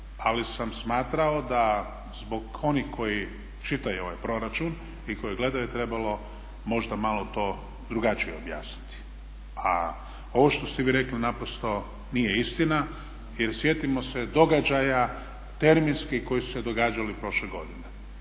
ali sam smatrao da zbog onih koji čitaju ovaj proračun i koji gledaju možda je trebalo malo to drugačije objasniti. A ovo što ste vi rekli naprosto nije istina jer sjetimo se događaja terminski koji su se događali prošle godine